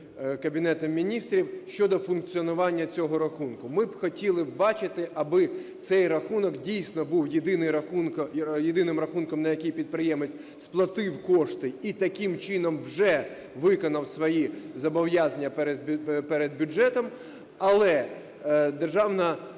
Кабінетом Міністрів щодо функціонування цього рахунку. Ми б хотіли бачити, аби цей рахунок, дійсно, був єдиним рахунком, на який підприємець сплатив кошти і таким чином вже виконав свої зобов'язання перед бюджетом. Але Державна